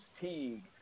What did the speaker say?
Teague